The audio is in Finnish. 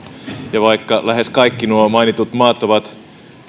ja vaikka lähes kaikki nuo mainitut maat ovat